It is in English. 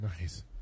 Nice